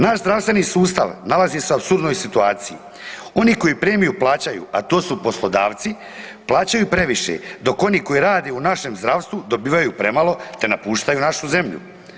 Naš zdravstveni sustav nalazi se u apsurdnoj situaciji, oni koji premiju plaćaju, a to su poslodavci, plaćaju ju previše, dok oni koji rade u našem zdravstvu dobivaju premalo te napuštaju našu zemlju.